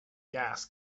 gas